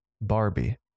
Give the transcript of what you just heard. Barbie